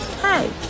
hey